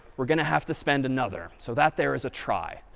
we're going to have to spend another. so that there is a trie.